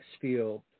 Field